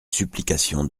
supplications